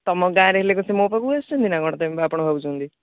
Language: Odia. ତୁମ ଗାଁରେ ହେଲେ କ'ଣ ସେ ମୋ ପାଖକୁ ଆସୁଛନ୍ତି ନା କ'ଣ ତୁମେ ଆପଣ ଭାବୁଛନ୍ତି